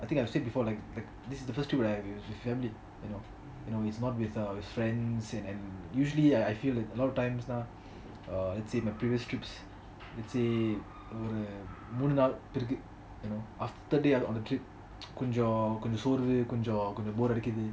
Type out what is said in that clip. I think I've said before like this this is the first trip where I am with family you know it's not with ah with friends and usually I I feel like a lot of times lah err let's say my previous trips let's say ஒரு ஒரு நாலு பிறகு:oru oru naalu piragu after they are on the trip கோசம் சோர்வு கொஞ்சம்:kojam sorvu konjam bore அடிக்கிது:adikithu